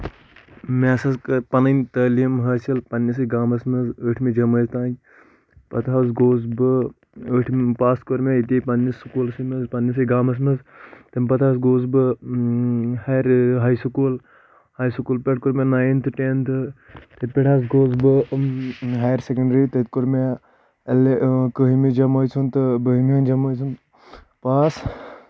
مےٚ ہسا حظ کٔر پَنٕنۍ تعلیٖم حٲصِل پَنٕنسے گامَس منٛز ٲٹھمہِ جمٲژ تام پَتہٕ حظ گوٚوُس بہٕ ٲٹمہِ پاس کور مےٚ ییٚتی پنٕنِس سکوٗلسے منٛز پَنٕنِسے گامَس منٛز تَمہِ پَتہٕ حظ گوٚوُس بہٕ higher high school high school پٮ۪ٹھ کوٚر مےٚ ناینتھ ٹیٚنٛتھ تَتہِ پٮ۪ٹھ حظ گوٚوُس بہٕ ہایر سیکنڈری تَتہِ کوٚر مےٚ کہمہِ جمٲژ ہُنٛد تہٕ بَہمہِ جمٲژ ہُنٛد پاس